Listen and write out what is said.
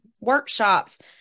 workshops